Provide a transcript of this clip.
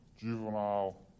juvenile